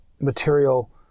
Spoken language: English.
material